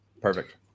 Perfect